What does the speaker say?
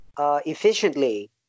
Efficiently